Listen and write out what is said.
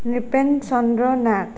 Nripen Chandra Nath